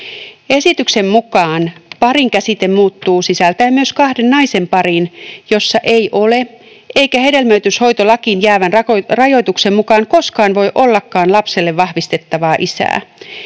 Esityksen mukaan parin käsite muuttuu sisältäen myös kahden naisen parin, jossa ei ole eikä hedelmöityshoitolakiin jäävän rajoituksen mukaan koskaan voi ollakaan lapselle vahvistettavaa isää.